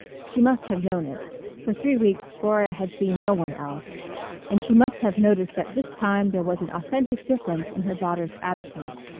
she must have known it for three weeks gloria had seen no one else and she must have noticed that this time there was an authentic difference in her daughter's attitude.